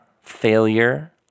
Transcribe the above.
failure